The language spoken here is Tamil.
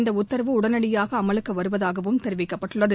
இந்த உத்தரவு உடனடியாக அமலுக்கு வருவதாகவும் தெரிவிக்கப்பட்டுள்ளது